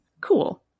cool